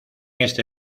este